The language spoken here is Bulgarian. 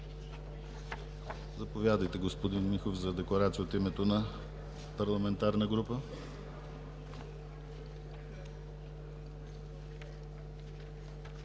Заповядайте, господин Михов, за декларация от името на парламентарна група.